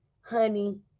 honey